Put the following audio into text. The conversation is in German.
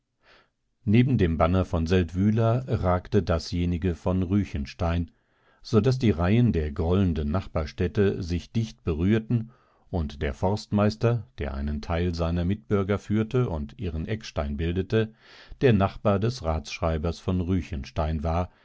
neben dem banner von seldwyla ragte dasjenige von ruechenstein so daß die reihen der grollenden nachbarstädte sich dicht berührten und der forstmeister der einen teil seiner mitbürger führte und ihren eckstein bildete der nachbar des ratsschreibers von ruechenstein war